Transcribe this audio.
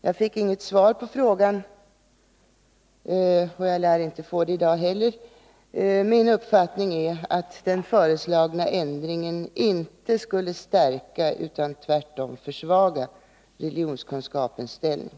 Jag fick inget svar på den frågan, och jag lär inte få det i dag heller. Min uppfattning är att den föreslagna ändringen inte skulle stärka utan tvärtom försvaga religionskunskapens ställning.